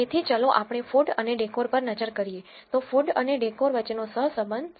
તેથી ચાલો આપણે food અને decor પર નજર કરીએ તો food અને decor વચ્ચેનો સહસંબંધ 0